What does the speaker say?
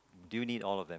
do you need all of them